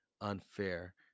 unfair